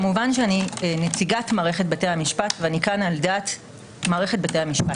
כמובן אני נציגת מערכת בתי המשפט ואני כאן על דעת מערכת בתי המשפט.